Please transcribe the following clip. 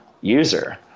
user